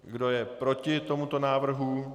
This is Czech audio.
Kdo je proti tomuto návrhu?